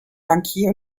bankier